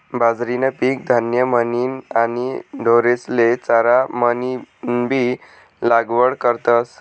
बाजरीनं पीक धान्य म्हनीन आणि ढोरेस्ले चारा म्हनीनबी लागवड करतस